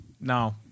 No